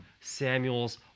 Samuel's